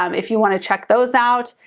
um if you wanna check those out,